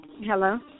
Hello